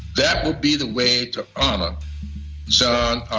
that will be the way to honor so john r.